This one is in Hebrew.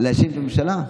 להאשים את הממשלה.